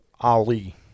Ali